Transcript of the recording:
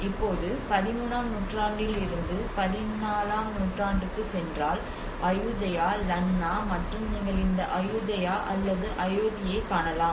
இப்போது 13 ஆம் நூற்றாண்டிலிருந்து 14 ஆம் நூற்றாண்டுக்குச் சென்றால் அயுதயா லன்னா மற்றும் நீங்கள் இந்த அயுதயா அல்லது அயோத்தியைக் காணலாம்